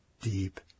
Deep